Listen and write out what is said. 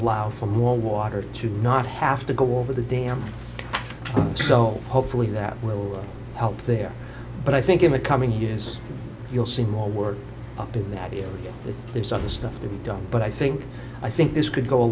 allow for more water to not have to go over the dam so hopefully that will help there but i think in the coming years you'll see more work up to the idea that there's other stuff to be done but i think i think this could go a